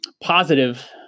positive